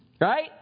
Right